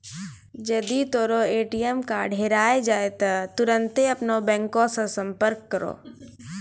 जदि तोरो ATM card हेराय जाय त तुरन्ते अपनो बैंको से संपर्क करो